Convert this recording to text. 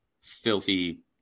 filthy